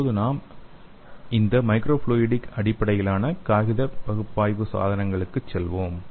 இப்போது நாம் இந்த மைக்ரோ ஃப்லூயிடிக் அடிப்படையிலான காகித பகுப்பாய்வு சாதனங்களுக்கு செல்வோம்